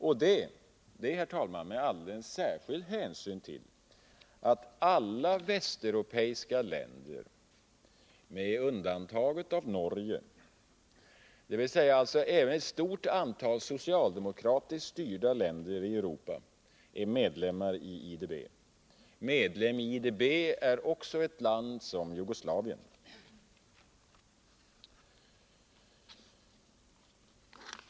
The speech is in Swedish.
Det, herr talman, bör betraktas med alldeles särskild hänsyn tagen till att alla Västeuropas länder, med undantag av Norge, alltså även ett stort antal socialdemokratiskt styrda länder i Europa, är medlemmar i IDB. Medlem i IDB är också ett land som Jugoslavien.